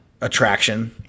attraction